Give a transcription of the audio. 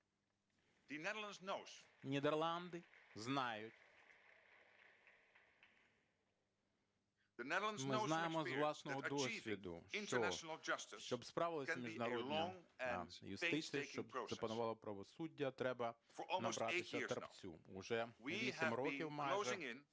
Нідерланди знають, ми знаємо із власного досвіду, що щоб справилась міжнародна юстиція, щоб запропонувало правосуддя, треба набратися терпцю. Вже вісім років майже